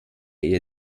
ihr